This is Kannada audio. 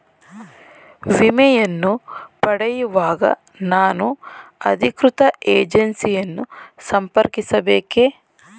ವಿಮೆಯನ್ನು ಪಡೆಯುವಾಗ ನಾನು ಅಧಿಕೃತ ಏಜೆನ್ಸಿ ಯನ್ನು ಸಂಪರ್ಕಿಸ ಬೇಕೇ?